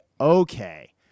okay